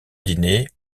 diner